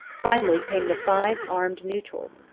finally came the five armed neutrals,